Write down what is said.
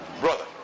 brother